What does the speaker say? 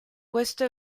questo